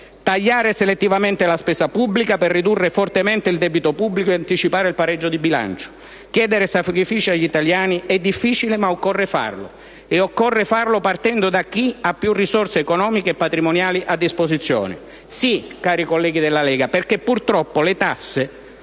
tagliare selettivamente la spesa pubblica per ridurre fortemente il debito pubblico e anticipare il pareggio di bilancio. Chiedere sacrifici agli italiani è difficile, ma occorre farlo, e occorre farlo partendo da chi ha più risorse economiche e patrimoniali a disposizione. Sì, onorevoli colleghi della Lega Nord, perché purtroppo le tasse